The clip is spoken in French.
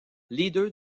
leader